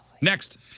Next